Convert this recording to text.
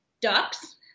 ducks